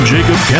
Jacob